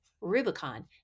Rubicon